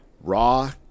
Raw